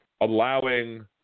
allowing